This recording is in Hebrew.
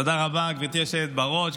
תודה רבה, גברתי היושבת בראש.